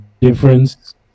difference